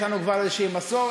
יש לנו כבר איזו מסורת.